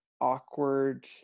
awkward